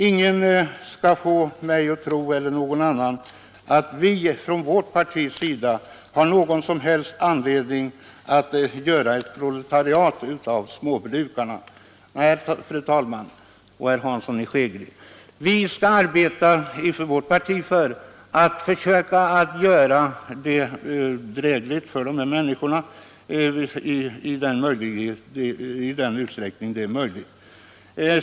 Ingen kan få mig eller någon annan att tro att vi från vårt partis sida har försökt göra ett proletariat av småbrukarna. Nej, herr Hansson i Skegrie, vi skall i vårt parti arbeta för att försöka göra det drägligt för dessa människor i så stor utsträckning som det över huvud taget är möjligt.